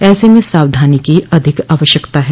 ऐसे में सावधानी की अधिक आवश्यकता है